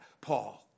Paul